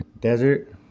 Desert